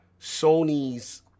sony's